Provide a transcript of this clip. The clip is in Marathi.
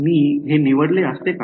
मी हे निवडले असते का